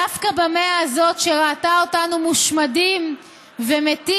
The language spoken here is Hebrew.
דווקא במאה הזאת, שראתה אותנו מושמדים ומתים,